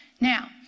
Now